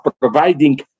providing